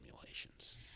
simulations